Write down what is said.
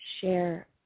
share